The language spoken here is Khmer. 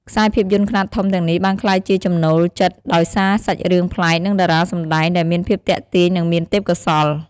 ខ្សែរភាពយន្តខ្នាតធំទាំងនេះបានក្លាយជាចំណូលចិត្ត ដោយសារសាច់រឿងប្លែក និងតារាសម្ដែងដែលមានភាពទាក់ទាញ នឹងមានទេពកោសល្យ ។